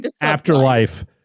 afterlife